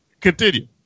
continue